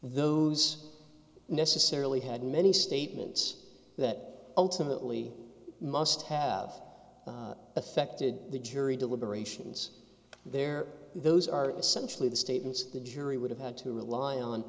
those necessarily had many statements that ultimately must have affected the jury deliberations there those are essentially the statements the jury would have had to rely on